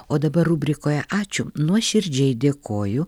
o dabar rubrikoje ačiū nuoširdžiai dėkoju